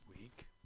week